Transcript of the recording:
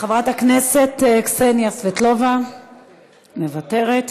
חברת הכנסת קסניה סבטלובה, מוותרת.